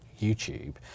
YouTube